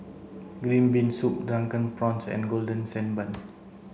green bean soup drunken prawns and golden sand bun